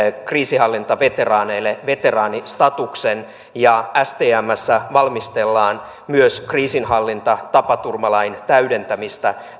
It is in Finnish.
kriisinhallintaveteraaneille veteraanistatuksen stmssä valmistellaan myös kriisinhallintatapaturmalain täydentämistä